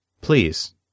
Please